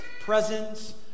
presence